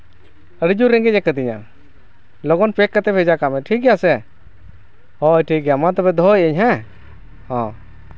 ᱦᱳᱭ ᱛᱳ ᱨᱮᱸᱜᱮᱡ ᱠᱟᱹᱫᱤᱧᱟ ᱞᱚᱜᱚᱱ ᱯᱮᱠ ᱠᱟᱛᱮᱫ ᱵᱷᱮᱡᱟ ᱠᱟᱜ ᱢᱮ ᱴᱷᱤᱠ ᱜᱮᱭᱟ ᱥᱮ ᱦᱳᱭ ᱴᱷᱤᱠ ᱜᱮᱭᱟ ᱢᱟ ᱛᱚᱵᱮ ᱫᱚᱦᱚᱭᱮᱫ ᱟᱹᱧ ᱦᱮᱸ ᱦᱮᱸ